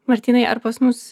martynai ar pas mus